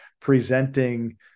presenting